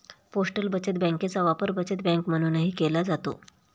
postal बचत बँकेचा वापर बचत बँक म्हणूनही केला जातो